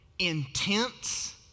Intense